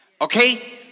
Okay